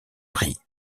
riz